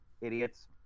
idiots